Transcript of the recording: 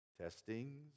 Testings